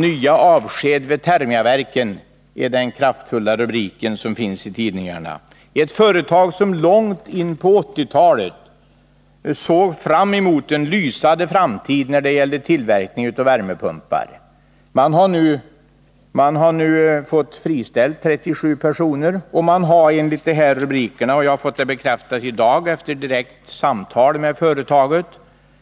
”Nya avsked vid Thermia-Verken” är den kraftfulla rubriken i tidningarna. Ett företag som långt in på 1980-talet såg fram emot en lysande framtid när det gällde tillverkning av värmepumpar har nu måst friställa 37 personer och har enligt rubrikerna — jag har fått detta bekräftat i dag efter ett direkt samtal med företaget